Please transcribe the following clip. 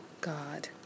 God